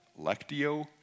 Lectio